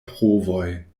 provoj